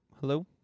hello